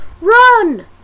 Run